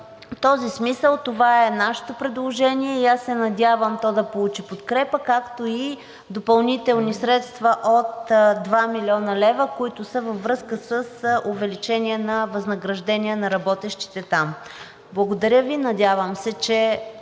този смисъл това е нашето предложение и аз се надявам то да получи подкрепа, както и допълнителни средства от 2 млн. лв., които са във връзка с увеличение на възнагражденията на работещите там. Благодаря Ви. Надявам се, че